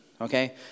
okay